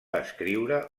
escriure